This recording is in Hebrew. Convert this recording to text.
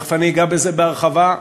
תכף אגע בזה בהרחבה,